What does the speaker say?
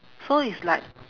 so it's like